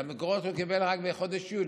את המקורות הוא קיבל רק בחודש יולי,